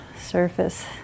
surface